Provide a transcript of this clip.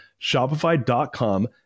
Shopify.com